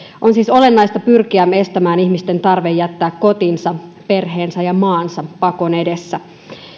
on siis olennaista pyrkiä estämään ihmisten tarve jättää kotinsa perheensä ja maansa pakon edessä